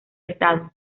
estado